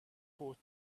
port